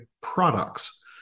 products